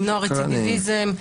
למנוע רצידיביזם,